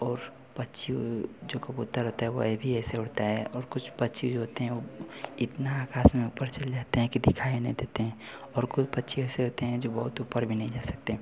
और पक्षी जो कबूतर होता है वे भी ऐसे उड़ता है और कुछ पक्षी जो होते हैं वे इतना आकाश में ऊपर चले जाते हैं कि दिखाई नहीं देते हैं और कोई पक्षी ऐसे होते हैं जो बहुत ऊपर भी नहीं जा सकते